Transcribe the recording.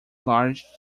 large